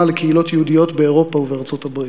לקהילות יהודיות באירופה ובארצות-הברית.